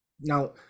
Now